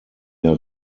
der